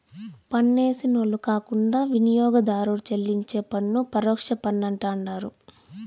పన్నేసినోళ్లు కాకుండా వినియోగదారుడు చెల్లించే పన్ను పరోక్ష పన్నంటండారు